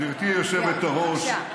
גברתי היושבת-ראש,